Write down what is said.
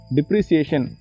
Depreciation